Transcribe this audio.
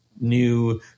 new